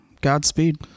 Godspeed